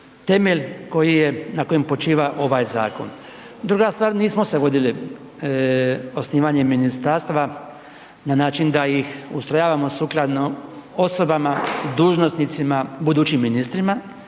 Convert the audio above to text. je, na kojem počiva ovaj zakon. Druga stvar, nismo se vodili osnivanjem ministarstava na način da ih ustrojavamo sukladno osobama dužnosnicima budućim ministrima